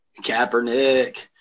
Kaepernick